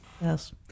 Yes